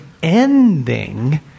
ending